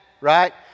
right